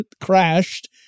crashed